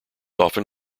often